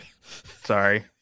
sorry